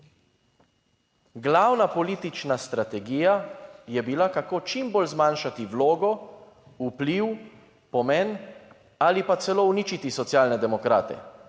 Glavna politična strategija je bila, kako čim bolj zmanjšati vlogo, vpliv, pomen ali pa celo uničiti Socialne demokrate,